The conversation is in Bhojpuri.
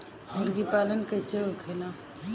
मुर्गी पालन कैसे होखेला?